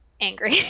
angry